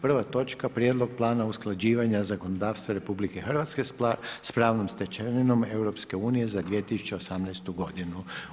Prva točka Prijedlog plana usklađivanja zakonodavstva RH sa pravnom stečevinom EU za 2018. godinu.